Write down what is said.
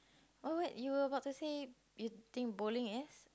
what what you were about to say you think bowling is